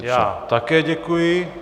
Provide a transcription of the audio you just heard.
Já také děkuji.